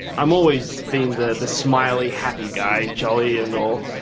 um always been the the smiley happy guy, jolly and all,